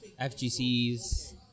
FGCs